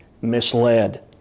misled